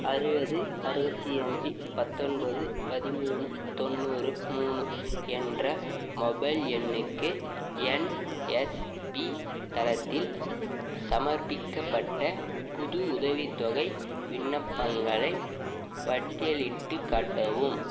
அறுபது அறுபத்தி அஞ்சு பத்தொன்பது பதிமூணு தொண்ணூறு மூணு என்ற மொபைல் எண்ணுக்கு என்எஸ்பி தளத்தில் சமர்ப்பிக்கப்பட்ட புது உதவித்தொகை விண்ணப்பங்களைப் பட்டியலிட்டுக் காட்டவும்